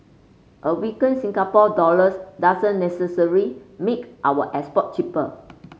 a weaker Singapore dollars doesn't necessarily make our export cheaper